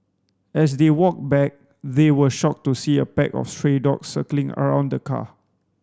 as they walked back they were shocked to see a pack of stray dogs circling around the car